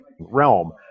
realm